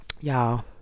y'all